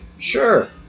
Sure